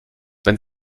wenn